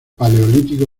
paleolítico